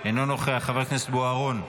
אינו נוכח, חבר הכנסת בוארון,